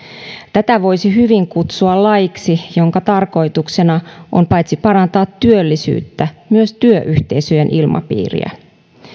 tätä voisi hyvin kutsua laiksi jonka tarkoituksena on parantaa paitsi työllisyyttä myös työyhteisöjen ilmapiiriä